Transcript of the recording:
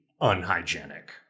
unhygienic